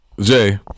Jay